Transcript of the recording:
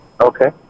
Okay